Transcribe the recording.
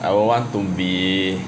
I will want to be